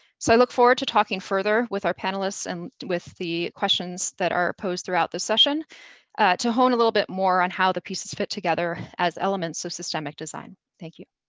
so i look forward to talking further with our panelists and with the questions that are posed throughout the session to hone a little bit more on how the pieces fit together as elements of systemic design. thank you.